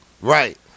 Right